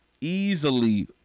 easily